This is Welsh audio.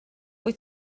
wyt